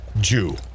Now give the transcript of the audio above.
Jew